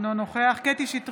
אינו נוכח קטי קטרין שטרית,